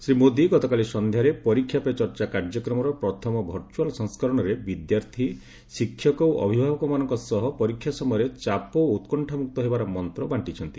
ଶ୍ରୀ ମୋଦୀ ଗତକାଲି ସନ୍ଧ୍ୟାରେ ପରୀକ୍ଷା ପେ ଚର୍ଚ୍ଚା କାର୍ଯ୍ୟକ୍ରମର ପ୍ରଥମ ଭର୍ଚୁଆଲ୍ ସଂସ୍କରଣରେ ବିଦ୍ୟାର୍ଥୀ ଶିକ୍ଷକ ଓ ଅଭିଭାବକମାନଙ୍କ ସହ ପରୀକ୍ଷା ସମୟରେ ଚାପ ଓ ଉତ୍କଶ୍ୱାମୁକ୍ତ ହେବାର ମନ୍ତ୍ର ବାଷ୍ଟିଛନ୍ତି